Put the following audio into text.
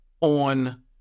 on